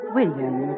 William